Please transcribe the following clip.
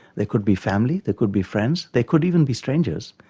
they could be family, they could be friends, they could even be strangers,